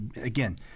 again